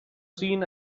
seen